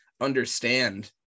understand